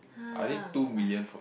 um